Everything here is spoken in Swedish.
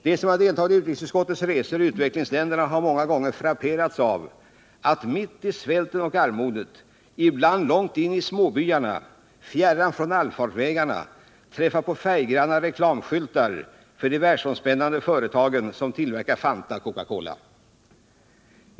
De som deltagit i utrikesutskottets resor i utvecklingsländerna har många gånger frapperats av att mitt i svälten och armodet, ibland långt in i småbyarna och fjärran från allfarvägarna, träffa på färggranna reklamskyltar från de världsomspännande företag som tillverkar Fanta och Coca-cola.